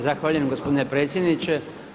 Zahvaljujem gospodine predsjedniče.